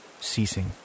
ceasing